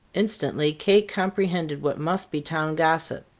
instantly kate comprehended what must be town gossip,